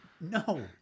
No